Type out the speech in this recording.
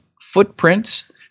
Footprints